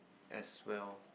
as well